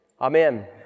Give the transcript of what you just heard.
Amen